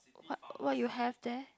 what what you have there